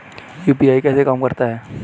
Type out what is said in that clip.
UPI कैसे काम करता है?